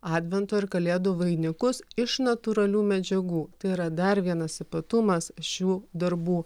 advento ir kalėdų vainikus iš natūralių medžiagų tai yra dar vienas ypatumas šių darbų